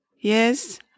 Yes